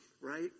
right